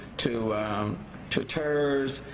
to to tirrs,